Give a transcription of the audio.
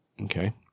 Okay